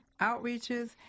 outreaches